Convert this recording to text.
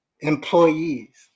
employees